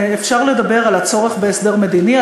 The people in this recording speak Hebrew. אפשר לדבר על הצורך בהסדר מדיני,